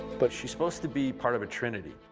but she's supposed to be part of a trinity.